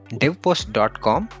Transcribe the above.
devpost.com